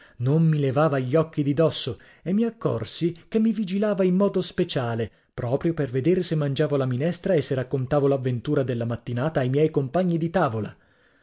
non mi levava gli occhi di dosso e mi accorsi che mi vigilava in modo speciale proprio per vedere se mangiavo la minestra e se raccontavo l'avventura della mattinata ai miei compagni di tavola